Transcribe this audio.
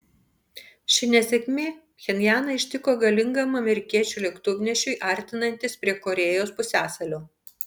ši nesėkmė pchenjaną ištiko galingam amerikiečių lėktuvnešiui artinantis prie korėjos pusiasalio